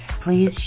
Please